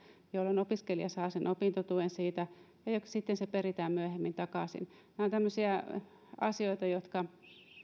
jolloin opiskelija saa opintotuen siltä ajalta ja sitten se peritään myöhemmin takaisin nämä ovat tämmöisiä asioita jotka